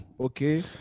Okay